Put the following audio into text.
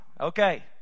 okay